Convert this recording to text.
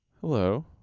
Hello